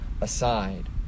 aside